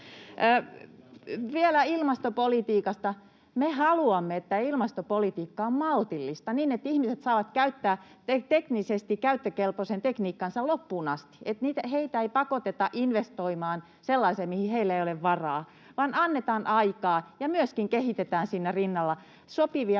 Vielä ilmastopolitiikasta: me haluamme, että ilmastopolitiikka on maltillista, niin että ihmiset saavat käyttää teknisesti käyttökelpoisen tekniikkansa loppuun asti, että heitä ei pakoteta investoimaan sellaiseen, mihin heillä ei ole varaa, vaan annetaan aikaa ja myöskin kehitetään siinä rinnalla